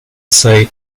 say